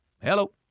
Hello